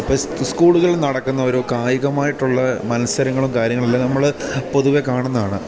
ഇപ്പോൾ സ്കൂളുകളിൽ നടക്കുന്ന ഓരോ കായികമായിട്ടുള്ള മത്സരങ്ങളും കാര്യങ്ങളെല്ലാം നമ്മൾ പൊതുവെ കാണുന്നതാണ്